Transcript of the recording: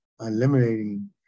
eliminating